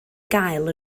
gael